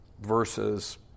versus